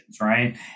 right